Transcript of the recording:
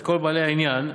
את כל בעלי העניין.